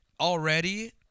already